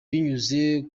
binyuze